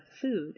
food